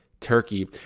turkey